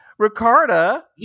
Ricarda